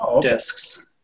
discs